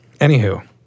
anywho